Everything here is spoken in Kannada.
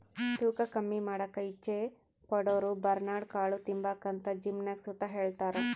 ತೂಕ ಕಮ್ಮಿ ಮಾಡಾಕ ಇಚ್ಚೆ ಪಡೋರುಬರ್ನ್ಯಾಡ್ ಕಾಳು ತಿಂಬಾಕಂತ ಜಿಮ್ನಾಗ್ ಸುತ ಹೆಳ್ತಾರ